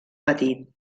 petit